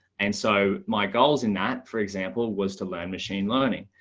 and so my goals in that, for example, was to learn machine learning.